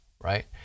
right